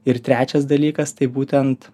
ir trečias dalykas tai būtent